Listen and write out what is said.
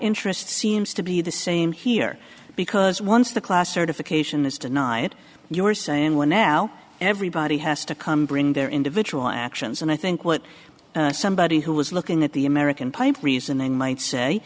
interest seems to be the same here because once the class certification is denied you are saying we're now everybody has to come bring their individual actions and i think what somebody who was looking at the american pie reasoning might say